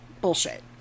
bullshit